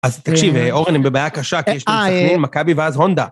אז תקשיב, אורן, הם בבעיה קשה, כי יש להם סכנין, מכבי ואז הונדה.